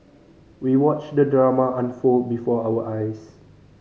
we watched the drama unfold before our eyes